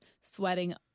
sweating